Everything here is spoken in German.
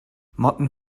motten